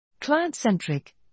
Client-centric